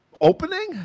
opening